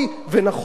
תודה רבה, אדוני.